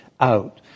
out